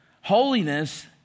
Holiness